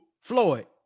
Floyd